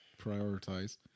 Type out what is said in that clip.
prioritize